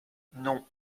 non